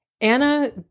Anna